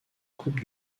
coupe